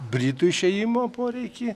britų išėjimo poreikį